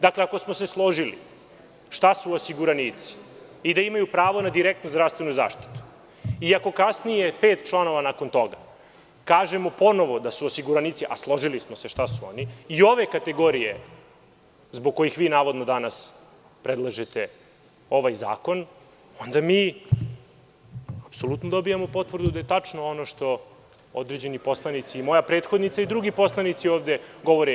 Dakle, ako smo se složili šta su osiguranici i da imaju pravo na direktnu zdravstvenu zaštitu i ako kasnije pet članova nakon toga kažemo ponovo da su osiguranici, a složili smo se šta su oni, i ove kategorije zbog kojih navodno danas predlažete ovaj zakon, onda mi apsolutno dobijamo potvrdu da je tačno ono što određeni poslanici, i moja prethodnica i drugi poslanici ovde govore.